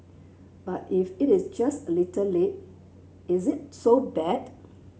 but if it is just a little late is it so bad